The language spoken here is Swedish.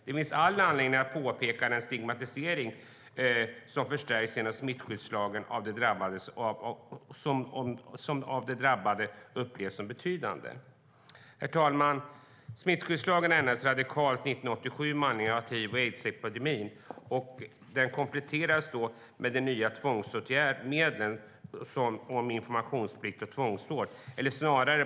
Det finns all anledning att påtala den stigmatisering som förstärks på grund av smittskyddslagen och som upplevs som betydande av de drabbade. Herr talman! Smittskyddslagen ändrades radikalt 1987 med anledning av hiv/aids-epidemin. Lagen kompletterades med nya tvångsmedel, nämligen informationsplikt och tvångsvård.